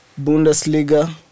Bundesliga